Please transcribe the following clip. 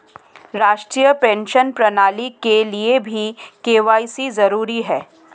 राष्ट्रीय पेंशन प्रणाली के लिए भी के.वाई.सी जरूरी है